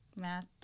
Math